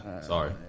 Sorry